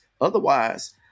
Otherwise